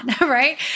right